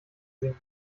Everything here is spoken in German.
singen